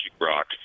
Rock